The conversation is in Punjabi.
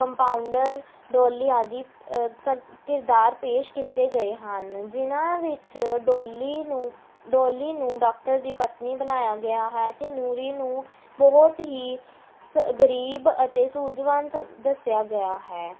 ਕੰਪਾਉਂਡਰ ਡੋਲੀ ਆਦਿ ਕਰ ਕਿਰਦਾਰ ਪੇਸ਼ ਕੀਤੇ ਗਏ ਹਨ ਜਿਹਨਾਂ ਵਿੱਚ ਡੋਲੀ ਨੂੰ ਡੋਲੀ ਨੂੰ ਡੋਕਟਰ ਦੀ ਪਤਨੀ ਬਣਾਇਆ ਗਿਆ ਹੈ ਅਤੇ ਨੂਰੀ ਨੂੰ ਬਹੁਤ ਹੀ ਸ ਗਰੀਬ ਅਤੇ ਸੂਝਵਾਨ ਸਮ ਦੱਸਿਆ ਗਿਆ ਹੈ